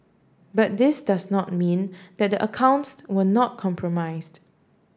but this does not mean that the accounts were not compromised